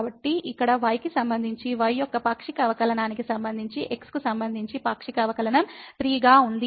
కాబట్టి ఇక్కడ y కి సంబంధించి f యొక్క పాక్షిక అవకలనానికి సంబంధించి x కు సంబంధించి పాక్షిక అవకలనం 3 గా ఉంది